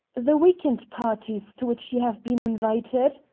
the week-end parties to which you have been invited,